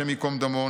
השם ייקום דמו,